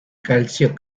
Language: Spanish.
calcio